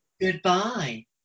Goodbye